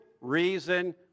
reason